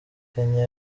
kenya